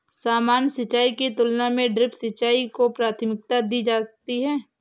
सामान्य सिंचाई की तुलना में ड्रिप सिंचाई को प्राथमिकता दी जाती है